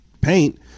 paint